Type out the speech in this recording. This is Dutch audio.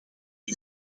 een